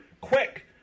Quick